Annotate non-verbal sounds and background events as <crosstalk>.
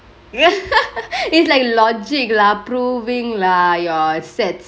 <laughs> it's like logic lah proovingk lah your sets